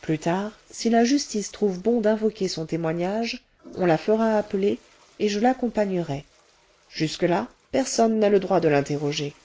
plus tard si la justice trouve bon d'invoquer son témoignage on la fera appeler et je l'accompagnerai jusque-là personne n'a le droit de l'interroger